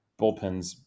bullpens